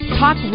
talk